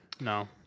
No